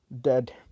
dead